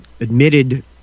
admitted